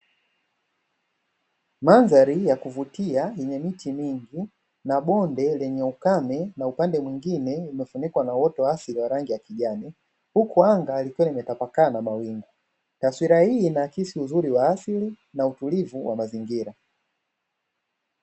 Mandhari ya kuvutia yenye miti mingi na bonde lenye ukame na upande mwingine limefunikwa na uoto wa asili wa rangi ya kijani huku anga likiwa limetapakaa na mawingu. Taswira hii ina akisi uzuri wa asili na utulivu wa mazingira.